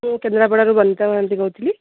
ମୁଁ କେନ୍ଦ୍ରାପଡ଼ାରୁ ବନିତା ମହାନ୍ତି କହୁଥିଲି